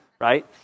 right